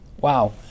Wow